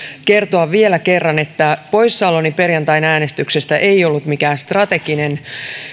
kertoa vielä kerran että poissaoloni perjantain äänestyksestä ei ollut mikään strateginen